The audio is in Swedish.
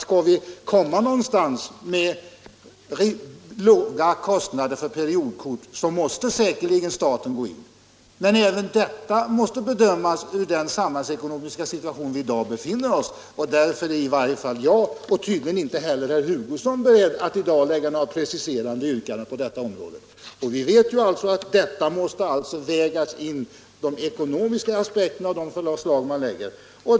Skall vi komma någonstans vad beträffar låga kostnader för periodkort tror jag tvärtom att staten måste gå in. Men även detta måste bedömas med utgångspunkt i den samhällsekonomiska situation vi i dag befinner oss i. Därför är inte jag — och tydligen inte heller herr Hugosson — beredd att i dag lägga fram preciserade yrkanden på detta område. Vi vet att här måste vägas in de ekonomiska aspekterna av de förslag man lägger.